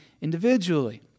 individually